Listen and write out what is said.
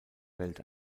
welt